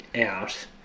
out